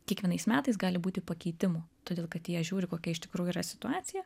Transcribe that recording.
kiekvienais metais gali būti pakeitimų todėl kad jie žiūri kokia iš tikrųjų yra situacija